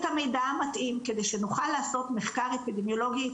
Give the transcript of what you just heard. המידע המתאים כדי שנוכל לעשות מחקר אפידמיולוגי,